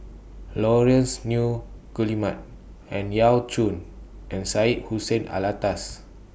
Laurence Nunns Guillemard Ang Yau Choon and Syed Hussein Alatas